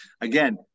Again